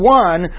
one